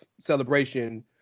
celebration